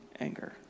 anger